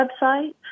website